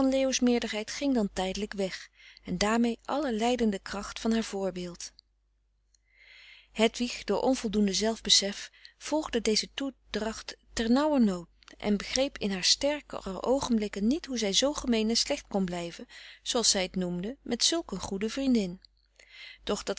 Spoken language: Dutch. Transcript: van leo's meerderheid ging dan tijdelijk weg en daarmee alle leidende kracht van haar voorbeeld hedwig door onvoldoende zelfbesef volgde deze toedracht ternauwernoo en begreep in haar sterkere oogenblikken niet hoe zij zoo gemeen en slecht kon blijven zooals zij t noemde met zulk een goede vriendin doch dat